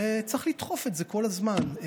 וצריך לדחוף את זה כל הזמן.